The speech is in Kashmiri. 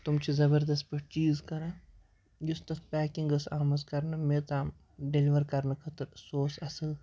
تم چھِ زَبردَس پٲٹھۍ چیٖز کَران یُس تَتھ پیکِنٛگ ٲس آمٕژ کَرنہٕ مےٚ تام ڈِلوَر کَرنہٕ خٲطرٕ سُہ اوس اَصٕل